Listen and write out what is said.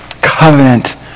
Covenant